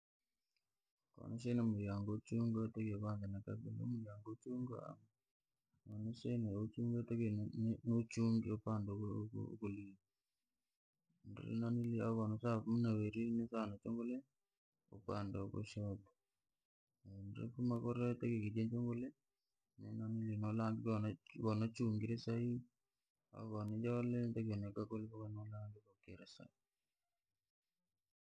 Komwashihine muryango wachungirwe notakiwa niuchunge, inatakia uchunge upande wa kulume, ndili nanili au wanasema uchungule upande wa kushoto, nora kanilange konochungire sahiihi koni jole nikalangi kona chungire sahihi.